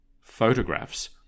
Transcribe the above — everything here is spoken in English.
photographs